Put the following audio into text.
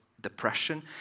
depression